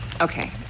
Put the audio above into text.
Okay